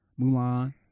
Mulan